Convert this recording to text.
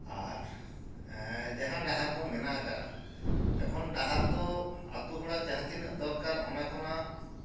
ᱟᱨ ᱡᱟᱦᱟᱸ ᱰᱟᱦᱟᱨ ᱠᱚ ᱢᱮᱱᱟᱜ ᱠᱟᱜᱼᱟ ᱮᱠᱷᱚᱱ ᱰᱟᱦᱟᱨ ᱫᱚ ᱟᱹᱛᱩ ᱦᱚᱲᱟᱜ ᱡᱟᱦᱟᱸ ᱛᱤᱱᱟᱹᱜ ᱫᱚᱨᱠᱟᱨ ᱚᱱᱟ ᱠᱷᱚᱱᱟᱜ